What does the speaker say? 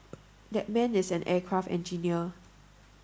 that man is an aircraft engineer